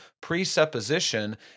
presupposition